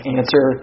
answer